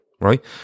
right